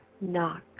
Knock